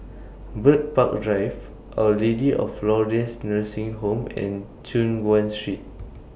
Bird Park Drive Our Lady of Lourdes Nursing Home and Choon Guan Street